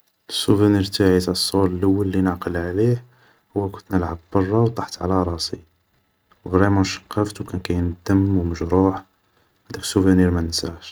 السوفونير اللول تاعي تاع الصغر اللي نعقل عليه, هو كنت نلعب برا و طحت على راسي, و فريمون شقفت و كان كاين الدم و مجروح, هداك السوفونير ماننساهش